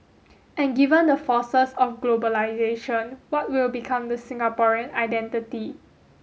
and given the forces of globalisation what will become the Singaporean identity